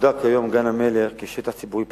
מוגדר כיום גן-המלך כשטח ציבורי פתוח.